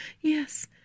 Yes